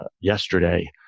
yesterday